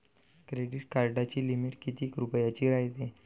Credit कार्डाची limit कितीक रुपयाची रायते?